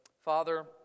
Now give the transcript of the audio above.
Father